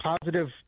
positive